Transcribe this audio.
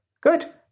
Good